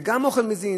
זה גם אוכל מזין,